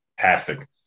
fantastic